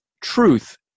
truth